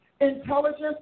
Intelligence